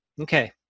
Okay